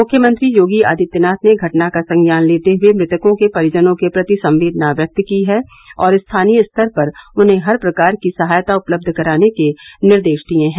मुख्यमंत्री योगी आदित्यनाथ ने घटना का संज्ञान लेते हुए मृतकों के परिजनों के प्रति संवेदना व्यक्त की है और स्थानीय स्तर पर उन्हे हर प्रकार की सहायता उपलब्ध कराने के निर्देश दिए हैं